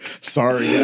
sorry